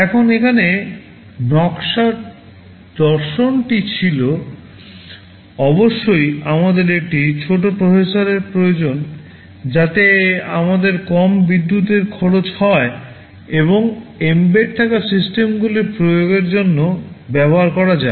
এখন এখানে নকশার দর্শনটি ছিল অবশ্যই আমাদের একটি ছোট প্রসেসরের প্রয়োজন যাতে আমাদের কম বিদ্যুতের খরচ হয় এবং এম্বেড থাকা সিস্টেমগুলির প্রয়োগের জন্য ব্যবহার করা যায়